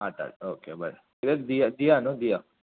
आट आट ओके बरें किदें दिया दिया न्हू दिया